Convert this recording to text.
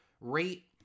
rate